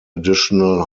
additional